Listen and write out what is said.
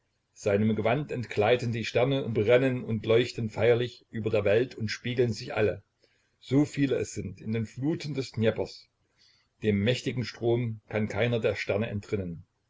seinem gewand entgleiten die sterne und brennen und leuchten feierlich über der welt und spiegeln sich alle so viele es sind in den fluten des dnjeprs dem mächtigen strom kann keiner der sterne entrinnen